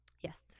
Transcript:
Yes